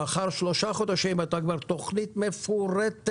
לאחר שלושה חודשים הייתה כבר תוכנית מפורטת,